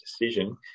decision